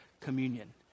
communion